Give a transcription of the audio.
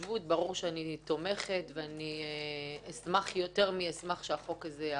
ברור שאני תומכת ויותר מאשמח שהחוק יעבור.